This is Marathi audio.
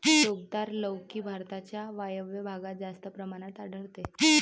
टोकदार लौकी भारताच्या वायव्य भागात जास्त प्रमाणात आढळते